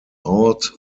out